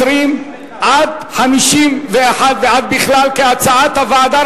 20 עד 51, ועד בכלל, כהצעת הוועדה.